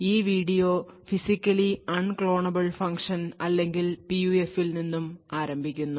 ഈ video physically unclonable function അല്ലെങ്കിൽ PUF ൽ നിന്നും ആരംഭിക്കുന്നു